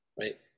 right